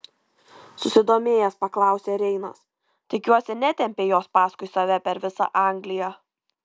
susidomėjęs paklausė reinas tikiuosi netempei jos paskui save per visą angliją